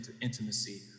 intimacy